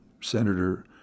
Senator